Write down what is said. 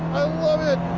love it.